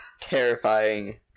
Terrifying